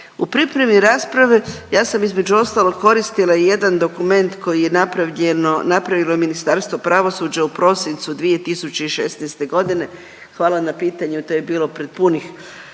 U pripremi rasprave ja sam između ostalog koristila i jedan dokument koji je napravljeno, napravilo Ministarstvo pravosuđa u prosincu 2016. godine. Hvala na pitanju to je bilo pred punih